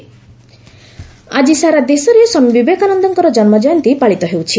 ସ୍ତାମୀ ବିବେକାନନ୍ଦ ଆଜି ସାରା ଦେଶରେ ସ୍ୱାମୀ ବିବେକାନନ୍ଦଙ୍କର ଜନ୍ମକ୍ୟନ୍ତୀ ପାଳିତ ହେଉଛି